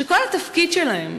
שכל התפקיד שלהם,